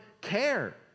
care